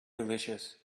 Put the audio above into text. delicious